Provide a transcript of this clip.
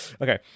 Okay